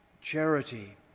charity